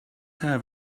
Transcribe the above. have